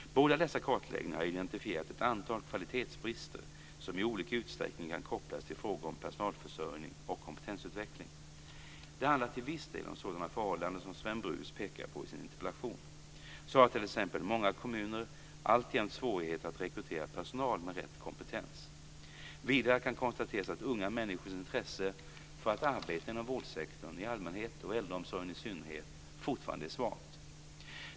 Båda dessa kartläggningar har identifierat ett antal kvalitetsbrister som i olika utsträckning kan kopplas till frågor om personalförsörjning och kompetensutveckling. Det handlar till viss del om sådana förhållanden som Sven Brus pekar på i sin interpellation. Så har t.ex. många kommuner alltjämt svårigheter att rekrytera personal med rätt kompetens. Vidare kan konstateras att unga människors intresse för att arbeta inom vårdsektorn i allmänhet och äldreomsorgen i synnerhet fortfarande är svagt.